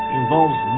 involves